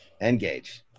Engage